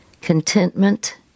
Contentment